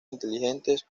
inteligentes